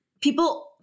people